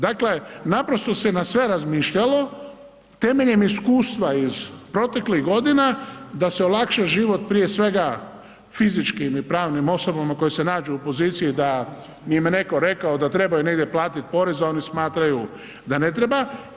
Dakle naprosto se na sve razmišljalo, temeljem iskustva iz proteklih godina da se olakša život prije svega fizičkim i pravnim osobama koje se nađu u poziciji da im je netko rekao da trebaju negdje platiti porez a oni smatraju da ne treba.